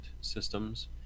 systems